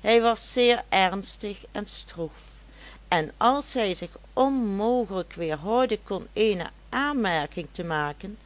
hij was zeer ernstig en stroef en als hij zich onmogelijk weerhouden kon eene aanmerking te maken